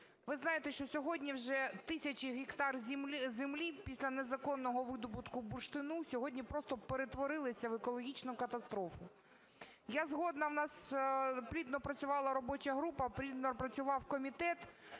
Ви знаєте, що сьогодні вже тисячі гектарів землі після незаконного видобутку бурштину сьогодні просто перетворилися в екологічну катастрофу. Я згодна, в нас плідно працювала робоча група, плідно працював комітет.